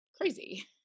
crazy